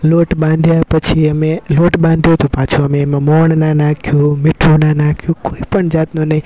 લોટ બાંધ્યા પછી અમે લોટ બાંધ્યો તો પાછો અમે એમાં મોણ ના નાખ્યો મીઠું ના નાખ્યું કોઈ પણ જાતનો નહીં